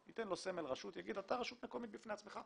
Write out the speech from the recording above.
ייתן לו סמל רשות ויגיד: אתה רשות מקומית בפני עצמך.